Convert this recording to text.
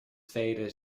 tweede